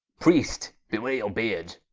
priest, beware your beard,